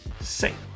safe